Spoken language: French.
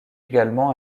également